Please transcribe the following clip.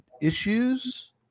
issues